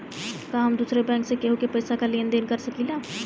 का हम दूसरे बैंक से केहू के पैसा क लेन देन कर सकिला?